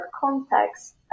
context